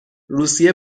روسیه